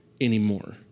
anymore